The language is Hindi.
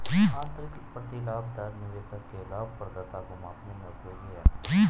आंतरिक प्रतिलाभ दर निवेशक के लाभप्रदता को मापने में उपयोगी है